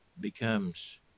becomes